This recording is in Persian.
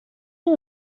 این